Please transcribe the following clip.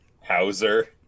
Hauser